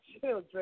children